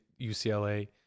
UCLA